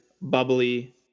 bubbly